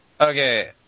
Okay